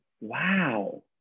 Wow